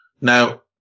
Now